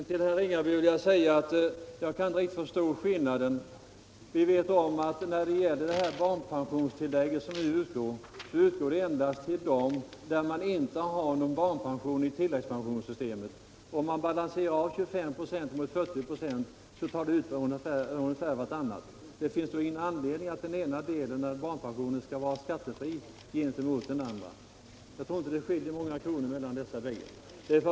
Till herr Ringaby vill jag säga att jag inte riktigt kan förstå skillnaden. Barnpensionstillägg utgår nu endast till dem som inte har någon barnpension i tilläggspensionssystemet. Om man balanserar av 25 96 mot 147 40 96 tar det ungefär ut vartannat. Det finns då ingen anledning att barnpensionen skall vara skattefri. Jag tror inte att det skiljer många kronor mellan dessa bägge alternativ.